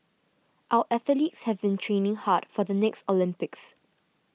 our athletes have been training hard for the next Olympics